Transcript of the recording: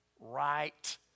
Right